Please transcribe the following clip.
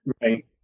right